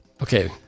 Okay